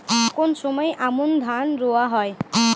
কোন সময় আমন ধান রোয়া হয়?